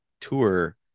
tour